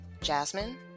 Jasmine